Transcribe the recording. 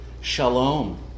shalom